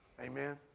Amen